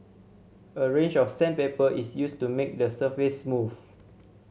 a range of sandpaper is used to make the surface smooth